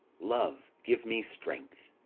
love give me strength!